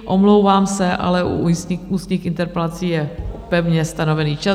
Omlouvám se, ale u ústních interpelací je pevně stanoven čas.